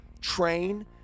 Train